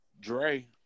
Dre